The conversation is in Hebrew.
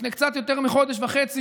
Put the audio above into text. לפני קצת יותר מחודש וחצי,